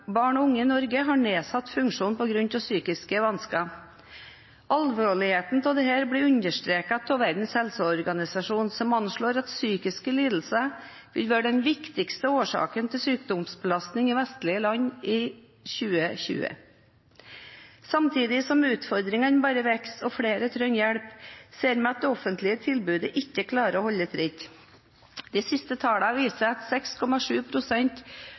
barn og unge i Norge har nedsatt funksjon på grunn av psykiske vansker. Alvorligheten av dette blir understreket av Verdens helseorganisasjon, som anslår at psykiske lidelser vil være den viktigste årsaken til sykdomsbelastning i vestlige land i 2020. Samtidig som utfordringene bare vokser og flere trenger hjelp, ser vi at det offentlige tilbudet ikke klarer å holde tritt. De siste tallene viser at